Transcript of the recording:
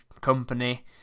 company